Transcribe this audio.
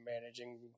managing